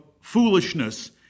foolishness